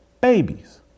babies